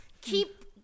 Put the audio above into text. Keep